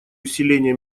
усиление